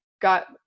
got